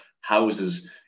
houses